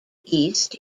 east